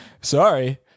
Sorry